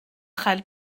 chael